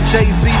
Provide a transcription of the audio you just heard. Jay-Z